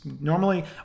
normally